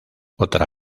otra